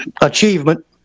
achievement